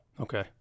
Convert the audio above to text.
Okay